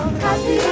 happy